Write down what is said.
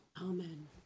amen